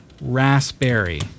Raspberry